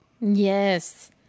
Yes